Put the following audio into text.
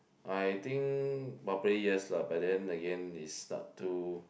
I think probably yes lah but then again it's not too